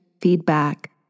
feedback